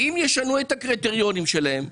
אם ישנו את הקריטריונים שלהם,